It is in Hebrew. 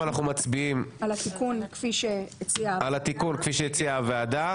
מצביעים על התיקון כפי שהציעה הוועדה.